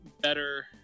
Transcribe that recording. better